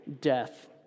death